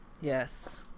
Yes